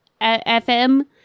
FM